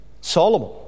Solomon